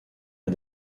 est